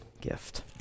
gift